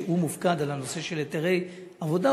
שהוא מופקד על הנושא של היתרי עבודה,